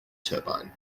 turbine